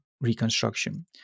reconstruction